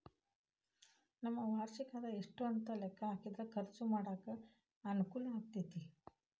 ನಮ್ಮ ವಾರ್ಷಿಕ ಆದಾಯ ಎಷ್ಟು ಅಂತ ಲೆಕ್ಕಾ ಹಾಕಿದ್ರ ಖರ್ಚು ಮಾಡಾಕ ಅನುಕೂಲ ಆಗತೈತಿ